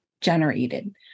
generated